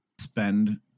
spend